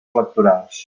electorals